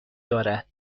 دارد